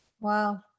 Wow